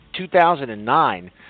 2009